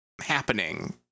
happening